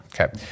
Okay